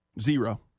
Zero